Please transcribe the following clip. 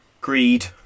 Greed